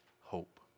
hope